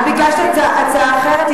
את ביקשת הצעה אחרת?